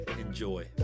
Enjoy